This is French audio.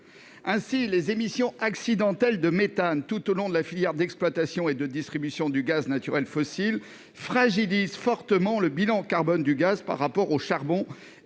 Ainsi, les émissions accidentelles de méthane tout au long de la filière d'exploitation et de distribution du gaz naturel fossile fragilisent fortement le bilan carbone du gaz par rapport au charbon.